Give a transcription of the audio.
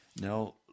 Now